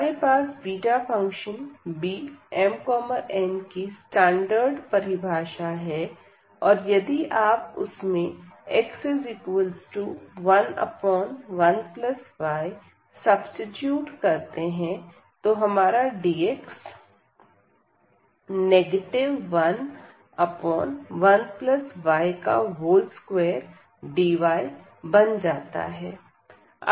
हमारे पास beta function Bmn की स्टैंडर्ड परिभाषा है और यदि आप उसमें x11y सब्सीट्यूट करते हैं तो हमारा dx 11y2dy बन जाता है